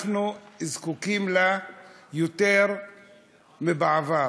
אנחנו זקוקים לה יותר מאשר בעבר.